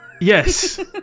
Yes